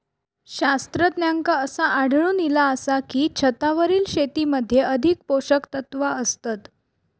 शास्त्रज्ञांका असा आढळून इला आसा की, छतावरील शेतीमध्ये अधिक पोषकतत्वा असतत